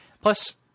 Plus